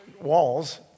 walls